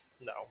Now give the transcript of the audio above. No